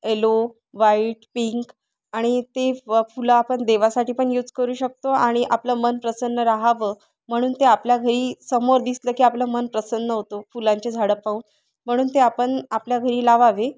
yellow white pink आणि ती फुलं आपण देवासाठी पण यूज करू शकतो आणि आपलं मन प्रसन्न रहावं म्हणून ते आपल्या घरी समोर दिसलं की आपलं मन प्रसन्न होतो फुलांचे झाडं पाहून म्हणून ते आपण आपल्या घरी लावावे